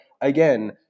again